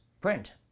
print